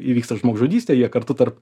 įvyksta žmogžudystė jie kartu tarp